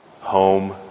Home